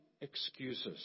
excuses